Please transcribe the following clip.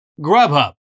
Grubhub